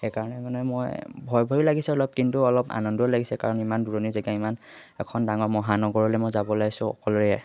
সেইকাৰণে মানে মই ভয় ভয়ো লাগিছে অলপ কিন্তু অলপ আনন্দও লাগিছে কাৰণ ইমান দূৰণি জেগা ইমান এখন ডাঙৰ মহানগৰলৈ মই যাব ওলাইছোঁ অকলশৰীয়াকৈ